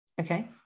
Okay